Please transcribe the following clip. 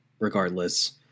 regardless